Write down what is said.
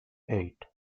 eight